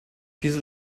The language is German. diese